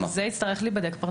זה יצטרך להיבדק פרטנית.